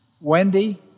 Wendy